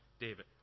David